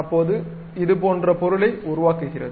அப்போது இது போன்ற பொருளை உருவாக்குகிறது